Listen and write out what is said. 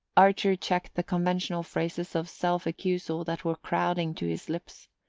archer checked the conventional phrases of self-accusal that were crowding to his lips.